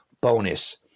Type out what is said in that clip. bonus